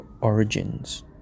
origins